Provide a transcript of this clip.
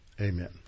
Amen